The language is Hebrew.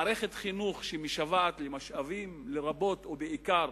מערכת חינוך שמשוועת למשאבים, לרבות ובעיקר